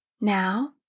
Now